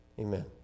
Amen